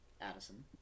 Addison